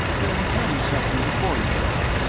then tell me something before you go.